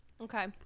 Okay